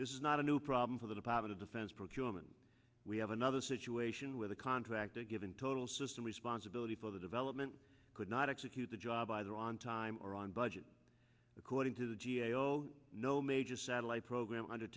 this is not a new problem for the deposit of defense procurement we have another situation where the contractor given total system responsibility for the development could not execute the job either on time or on budget according to the g a o no major satellite program under